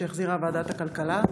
שהחזירה ועדת הכלכלה,